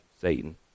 Satan